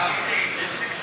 לסעיף